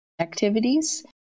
activities